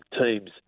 teams